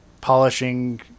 polishing